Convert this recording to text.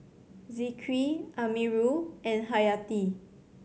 Zikri Amirul and Hayati